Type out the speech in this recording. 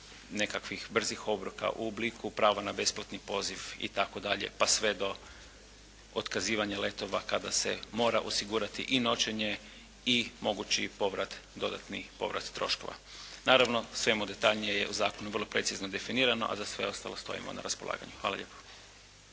nekakvih brzih obroka, u obliku prava na besplatni poziv itd. pa sve do otkazivanja letova kada se mora osigurati i noćenje i mogući povrat, dodatni povrat troškova. Naravno, o svemu detaljnije je u zakonu vrlo precizno definirano, a za sve ostalo stojimo na raspolaganju. Hvala lijepo.